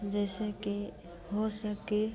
जैसे कि हो सके